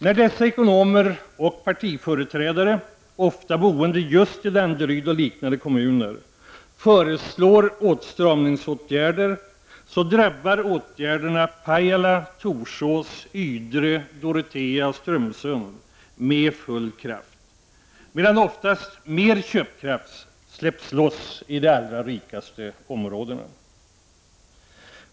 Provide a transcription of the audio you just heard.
När dessa ekonomer och partiföreträdare, ofta boende just i Danderyd och liknande kommuner, föreslår åtstramningsåtgärder, så drabbar åtgärderna Pajala, Torsås, Ydre, Dorotea och Strömsund med full kraft — medan oftast mer köpkraft släpps loss i de allra rikaste områdena.